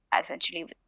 essentially